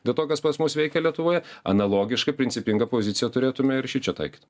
dėl to kas pas mus veikia lietuvoje analogiška principinga pozicija turėtume ir šičia taikyti